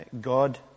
God